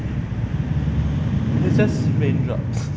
they are just raindrops